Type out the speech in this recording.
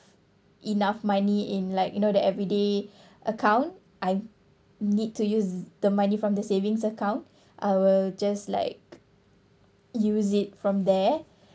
enough money in like you know the everyday account I need to use the money from the savings account I will just like use it from there